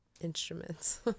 instruments